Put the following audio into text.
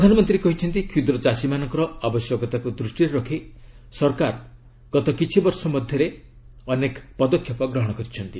ପ୍ରଧାନମନ୍ତ୍ରୀ କହିଛନ୍ତି କ୍ଷୁଦ୍ର ଚାଷୀମାନଙ୍କର ଆବଶ୍ୟକତାକୁ ଦୃଷ୍ଟିରେ ରଖି ସରକାର ଗତ କିଛିବର୍ଷ ମଧ୍ୟରେ ବହୁ ପଦକ୍ଷେପ ଗ୍ରହଣ କରିଛନ୍ତି